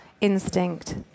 instinct